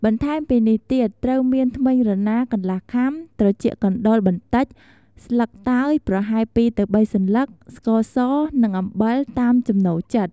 បន្ថែមពីនេះទៀត ត្រូវមានធ្មេញរណា កន្លះខាំ, ត្រចៀកកណ្ដុរ បន្តិច, ស្លឹកតើយ ប្រហែល ២ ទៅ ៣ សន្លឹក, ស្ករស និង អំបិល តាមចំណូលចិត្ត។